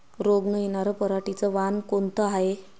रोग न येनार पराटीचं वान कोनतं हाये?